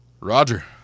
roger